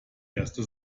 erste